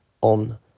on